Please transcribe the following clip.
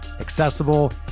accessible